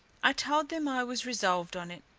i told them i was resolved on it,